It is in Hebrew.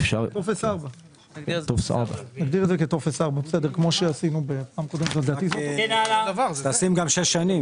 טופס 4. טופס 4. נגדיר את זה כטופס 4. תשים גם שש שנים.